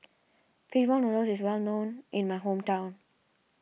Fish Ball Noodles is well known in my hometown